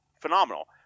phenomenal